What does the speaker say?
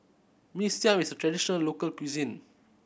Mee Siam is a traditional local cuisine